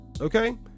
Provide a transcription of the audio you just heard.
okay